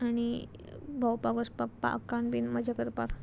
आणी भोंवपाक वचपाक पार्कान बीन मजा करपाक